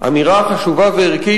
אמירה חשובה וערכית,